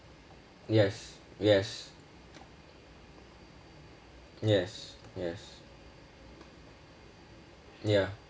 yes yes yes yes ya